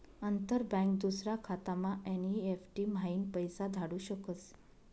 अंतर बँक दूसरा खातामा एन.ई.एफ.टी म्हाईन पैसा धाडू शकस